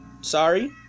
sorry